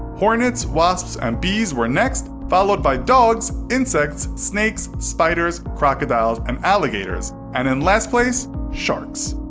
hornets, wasps, and bees were next, followed by dogs, insects, snakes, spiders, crocodiles and alligators, and in last place sharks.